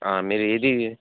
మీరు ఇది